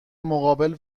مقابل